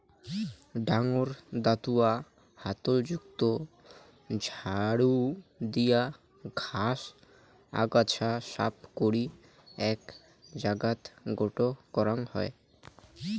ডাঙর দাতুয়া হাতল যুক্ত ঝাড়ু দিয়া ঘাস, আগাছা সাফ করি এ্যাক জাগাত গোটো করাং হই